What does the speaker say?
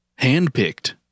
handpicked